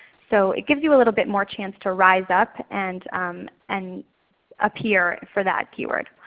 so it gives you a little bit more chance to rise up and um and appear for that keyword.